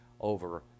over